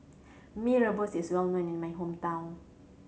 Mee Rebus is well known in my hometown